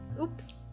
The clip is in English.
Oops